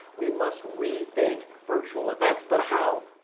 we must rethink virtual events. but how?